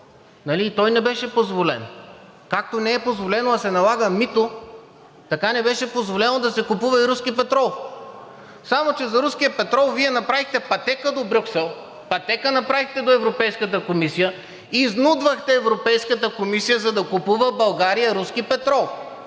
той не беше позволен? Както не е позволено да се налага мито, така не беше позволено да се купува и руски петрол, само че за руския петрол Вие направихте пътека до Брюксел. Пътека направихте до Европейската комисия, изнудвахте Европейската комисия, за да купува България руски петрол,